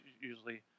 usually